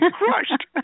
crushed